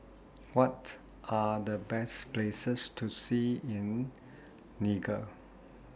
What Are The Best Places to See in Niger